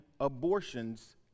abortions